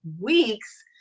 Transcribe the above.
weeks